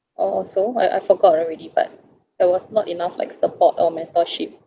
or so I I forgot already but that was not enough like support or mentorship